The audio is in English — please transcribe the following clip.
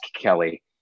Kelly